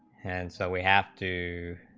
and so we have to